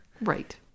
Right